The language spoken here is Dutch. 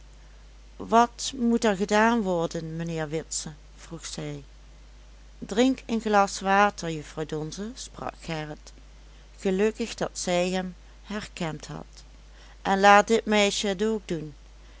wat moet er gedaan worden mijnheer witse vroeg zij drink een glas water juffrouw donze sprak gerrit gelukkig dat zij hem herkend had en laat dit meisje het ook doen